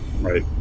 Right